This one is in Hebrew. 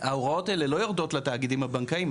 ההוראות האלה לא יורדות לתאגידים הבנקאיים,